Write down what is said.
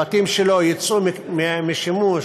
הבתים שלו יצאו משימוש,